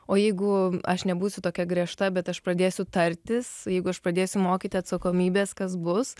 o jeigu aš nebūsiu tokia griežta bet aš pradėsiu tartis jeigu aš pradėsiu mokyti atsakomybės kas bus